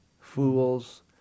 Fools